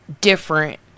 different